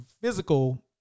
physical